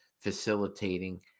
facilitating